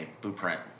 blueprint